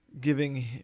Giving